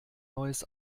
neues